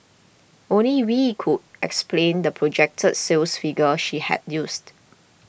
only Wee could explain the projected sales figure she had used